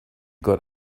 got